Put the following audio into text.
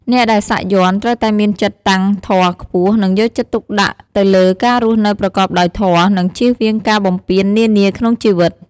អ្នកដែលសាក់យ័ន្ត ត្រូវតែមានចិត្តតាំងធម៌ខ្ពស់ និងយកចិត្តទុកដាក់ទៅលើការរស់នៅប្រកបដោយ ធម៌ និងជៀសវាងការបំពាននានាក្នុងជីវិត។